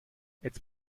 jetzt